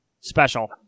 Special